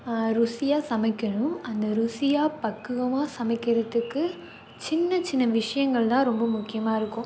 ருசியாக சமைக்கணும் அந்த ருசியாக பக்குவமாக சமைக்கிறத்துக்கு சின்ன சின்ன விஷயங்கள் தான் ரொம்ப முக்கியமாக இருக்கும்